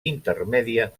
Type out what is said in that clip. intermèdia